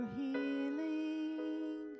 healing